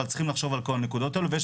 אבל צריכים לחשוב על כל הנקודות האלו ויש